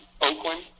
Oakland